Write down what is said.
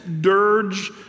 dirge